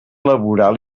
laboral